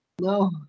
No